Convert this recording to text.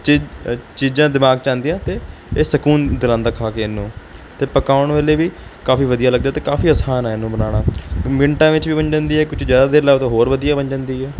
ਚੀਜ਼ ਚੀਜ਼ਾਂ ਦਿਮਾਗ 'ਚ ਆਉਂਦੀਆਂ ਅਤੇ ਇਹ ਸਕੂਨ ਦਿਲਾਉਂਦਾ ਖਾ ਕੇ ਇਹਨੂੰ ਅਤੇ ਪਕਾਉਣ ਵੇਲੇ ਵੀ ਕਾਫੀ ਵਧੀਆ ਲੱਗਦਾ ਅਤੇ ਕਾਫੀ ਅਸਾਨ ਆ ਇਹਨੂੰ ਬਣਾਉਣਾ ਮਿੰਟਾਂ ਵਿੱਚ ਵੀ ਬਣ ਜਾਂਦੀ ਹੈ ਕੁਝ ਜ਼ਿਆਦਾ ਦੇਰ ਲਾ ਦਿਉ ਹੋਰ ਵਧੀਆ ਬਣ ਜਾਂਦੀ ਹੈ